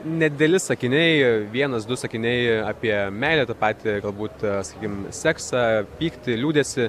nedideli sakiniai vienas du sakiniai apie meilę tą patį galbūt sakykim seksą pyktį liūdesį